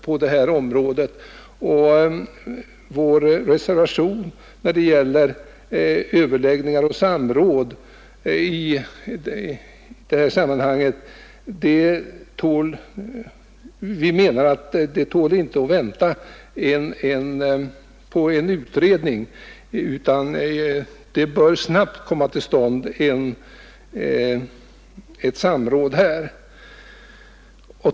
Som vi framhåller i vår reservation bör överläggningar och samråd snabbt komma till stånd; denna fråga är så viktig att den inte bör uppskjutas i avvaktan på en utrednings resultat.